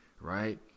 right